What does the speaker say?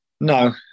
No